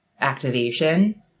activation